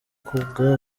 koga